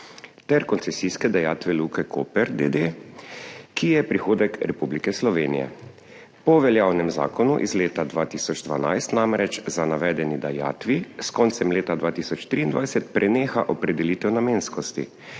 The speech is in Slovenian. ter koncesijske dajatve Luke Koper, d. d., ki je prihodek Republike Slovenije. Po veljavnem zakonu iz leta 2012 namreč za navedeni dajatvi s koncem leta 2023 preneha opredelitev namenskosti,